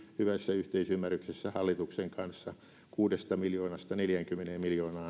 yhteisymmärryksessä hallituksen kanssa kuudesta miljoonasta neljäänkymmeneen miljoonaan